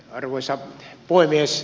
arvoisa puhemies